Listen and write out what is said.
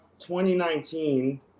2019